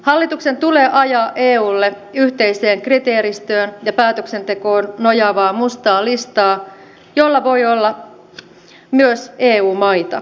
hallituksen tulee ajaa eulle yhteiseen kriteeristöön ja päätöksentekoon nojaavaa mustaa listaa jolla voi olla myös eu maita